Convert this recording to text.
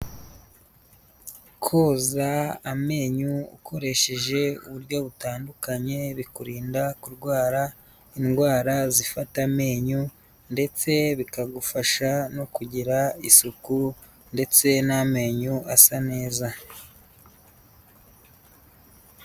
Koza amenyo ukoresheje uburyo butandukanye bikurinda kurwara indwara zifata amenyo ndetse bikagufasha no kugira isuku ndetse n'amenyo asa neza.